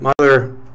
Mother